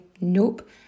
nope